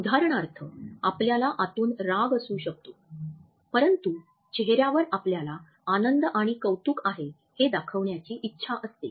उदाहरणार्थ आपल्याला आतून राग असू शकतो परंतु चेहऱ्यावर आपल्याला आनंद आणि कौतुक आहे हे दाखवण्याची इच्छा असते